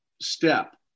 step